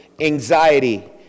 anxiety